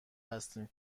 هستیم